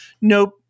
Nope